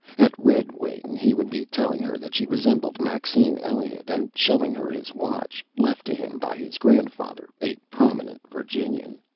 at red wing he would be telling her that she resembled maxine elliott, and showing her his watch left to him by his grandfather, a prominent virginian.